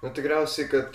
na tikriausiai kad